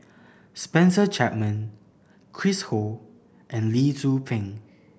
Spencer Chapman Chris Ho and Lee Tzu Pheng